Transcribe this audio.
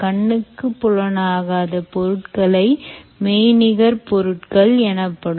கண்ணுக்கு புலனாகாத பொருட்களை மெய்நிகர் பொருட்கள் எனப்படும்